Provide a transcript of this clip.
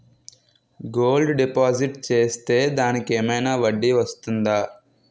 Gold deposit చేస్తే దానికి ఏమైనా వడ్డీ వస్తుందా?